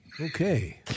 Okay